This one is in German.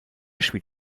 spielt